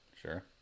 Sure